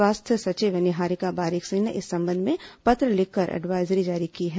स्वास्थ्य सचिव निहारिका बारिक सिंह ने इस संबंध में पत्र लिखकर एडवायजरी जारी की है